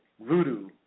voodoo